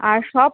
আর সব